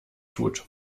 tut